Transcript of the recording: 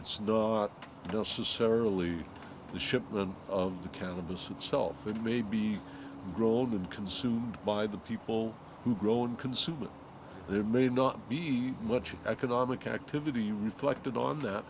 it's not necessarily the ship than of the cannabis itself that may be rolled in consumed by the people who groan consume it there may not be much economic activity reflected on that